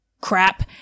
crap